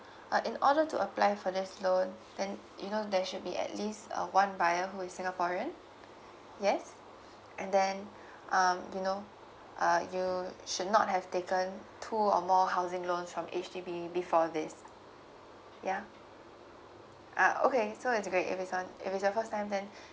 uh in order to apply for this loan then you know there should be at least uh one buyer who is singaporean yes and then um you know uh you should not have taken two or more housing loan from H_D_B before this yeah uh okay so it's great if it's on if it's your first time then